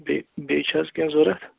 بیٚیہِ بیٚیہِ چھِ حظ کیٚنٛہہ ضوٚرتھ